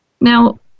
Now